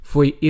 foi